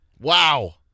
Wow